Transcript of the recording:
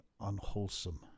unwholesome